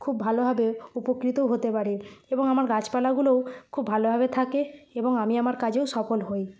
খুব ভালোভাবে উপকৃতও হতে পারি এবং আমার গাছপালাগুলোও খুব ভালোভাবে থাকে এবং আমি আমার কাজেও সফল হই